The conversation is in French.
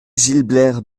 gilbert